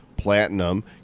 Platinum